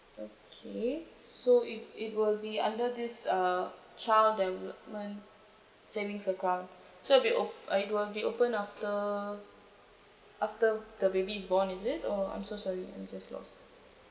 okay so it it will be under this uh child development savings account so it will be op~ uh it will be open after after the baby is born is it or I'm so sorry I'm just lost